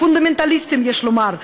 פונדמנטליסטיים יש לומר,